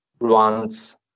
runs